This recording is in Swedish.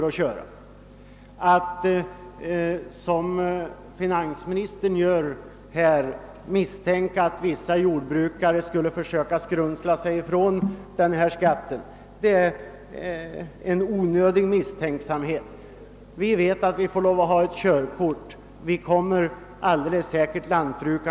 Att som finansministern gör här misstänka att vissa jordbrukare skulle försöka »skrumsla» sig ifrån denna skatt är onödigt.